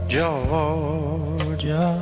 Georgia